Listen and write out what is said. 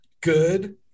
Good